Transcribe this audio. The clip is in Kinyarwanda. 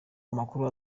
amakuru